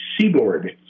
seaboard